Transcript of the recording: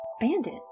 Bandit